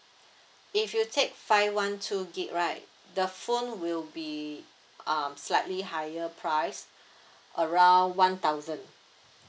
if you take five one two gig right the phone will be um slightly higher price around one thousand